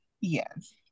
Yes